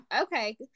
Okay